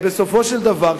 ובסופו של דבר,